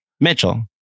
Mitchell